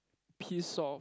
piece of